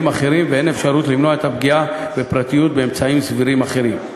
אחרים ואין אפשרות למנוע את הפגיעה בפרטיות באמצעים סבירים אחרים.